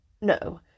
No